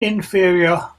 inferior